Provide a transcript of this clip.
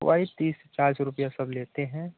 वही तीस चालीस रुपया सब लेते हैं